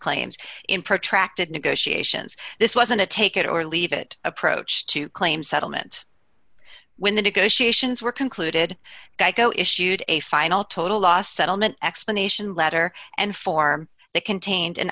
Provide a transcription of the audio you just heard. claims in protracted negotiations this wasn't a take it or leave it approach to claim settlement when the negotiations were concluded geico issued a final total loss settlement explanation letter and form that contained an